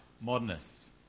modernists